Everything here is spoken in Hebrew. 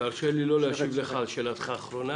תרשה לי לא להשיב לך על שאלתך האחרונה,